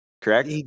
correct